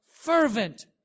fervent